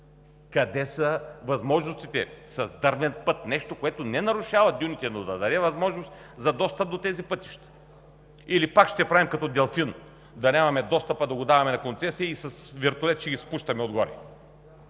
Къде са възможностите с дървен път – нещо което не нарушава дюните, но да дава възможност за достъп до тези пътища? Или пак ще правим като в Делфин: даряваме достъпа – даваме го на концесия и ще ги спущаме с